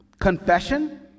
confession